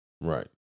Right